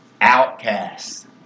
outcasts